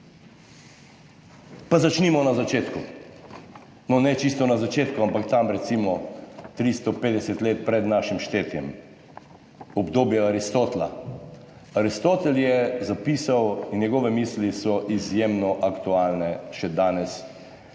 Pa začnimo na začetku, no, ne čisto na začetku, ampak tam recimo 350 let pred našim štetjem, obdobje Aristotela. Aristotel je zapisal in njegove misli so izjemno aktualne še danes